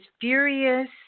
furious